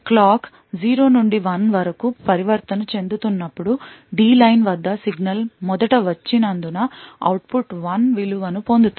clock 0 నుండి 1 వరకు పరివర్తన చెందుతున్నప్పుడు D లైన్ వద్ద సిగ్నల్ మొదట వచ్చినందున అవుట్పుట్ 1 విలువను పొందుతుంది